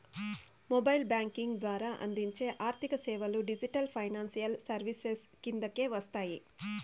mobile banking ద్వారా అందించే ఆర్థిక సేవలు డిజిటల్ ఫైనాన్షియల్ సర్వీసెస్ కిందకే వస్తాయి